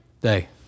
Day